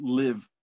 live